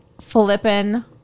flipping